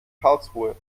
karlsruhe